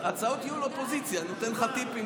הצעות יהיו לאופוזיציה, ואני נותן לך טיפים.